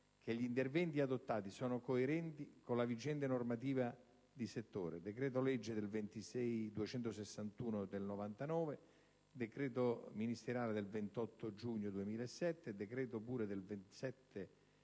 che gli interventi adottati sono coerenti con la vigente normativa di settore (decreto legislativo n. 261 del 1999, decreto ministeriale 28 giugno 2007, decreto ministeriale 7